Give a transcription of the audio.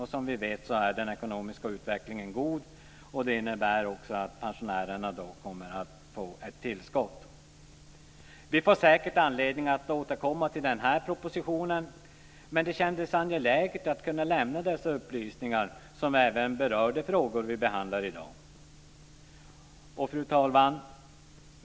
Och som vi vet så är den ekonomiska utvecklingen god, vilket innebär att pensionärerna kommer att få ett tillskott. Vi får säkert anledning att återkomma till denna proposition, men det kändes angeläget att kunna lämna dessa upplysningar som även berör de frågor som vi behandlar i dag. Fru talman!